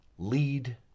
lead